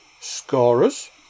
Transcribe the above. Scorers